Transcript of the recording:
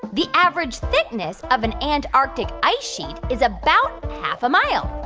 the average thickness of an and antarctic ice sheet is about half a mile?